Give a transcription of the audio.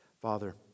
Father